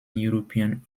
european